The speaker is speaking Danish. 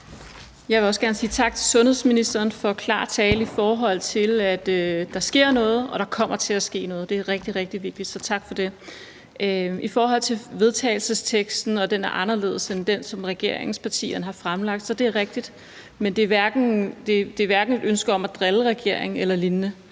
vil også gerne sige tak til sundhedsministeren for klar tale, i forhold til at der sker noget, og at der kommer til at ske noget. Det er rigtig, rigtig vigtigt, så tak for det. I forhold til at vedtagelsesteksten er anderledes end den, som regeringspartierne har fremsat, er det rigtigt. Men det er ikke et ønske om at drille regeringen. Altså, det